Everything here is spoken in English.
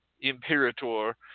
Imperator